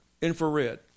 infrared